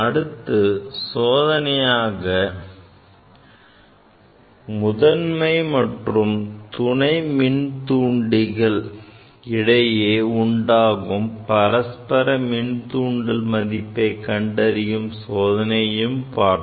அடுத்த சோதனையாக முதன்மை மற்றும் துணை மின்தூண்டிகள் இடையே உண்டாகும் பரஸ்பர மின்தூண்டல் மதிப்பை கண்டறியும் சோதனையையும் பார்த்தோம்